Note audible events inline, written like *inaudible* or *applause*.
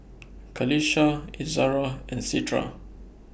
*noise* Qalisha Izzara and Citra